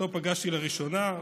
פגשתי לראשונה,